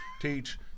teach